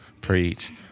Preach